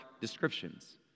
descriptions